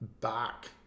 back